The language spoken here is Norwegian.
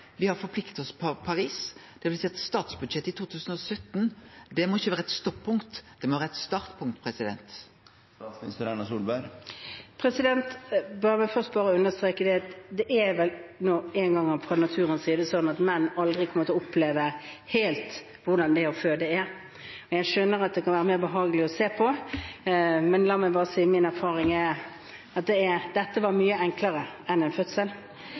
Me har forplikta oss til Parisavtalen. Det vil seie at statsbudsjettet for 2017 ikkje må vere eit stoppunkt – det må vere eit startpunkt. Først vil jeg understreke at det er vel engang sånn fra naturens side at menn aldri helt kommer til å oppleve hvordan det å føde er. Jeg skjønner at det kan være mer behagelig å se på, men la meg bare si at min erfaring er at dette var mye enklere enn en fødsel.